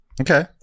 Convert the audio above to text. okay